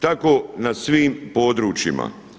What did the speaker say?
Tako na svim područjima.